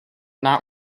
not